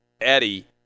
Eddie